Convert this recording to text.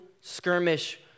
skirmish